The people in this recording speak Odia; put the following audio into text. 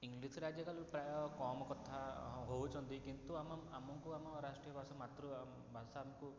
ଇଂଗ୍ଲିଶ୍ରେ ଆଜିକାଲି ପ୍ରାୟ କମ୍ କଥା ହେଉଛନ୍ତି କିନ୍ତୁ ଆମ ଆମକୁ ଆମ ରାଷ୍ଟ୍ରୀୟ ଭାଷା ମାତୃ ଭାଷା ଆମକୁ